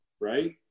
right